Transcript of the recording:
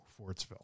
Fortsville